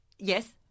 Yes